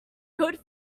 good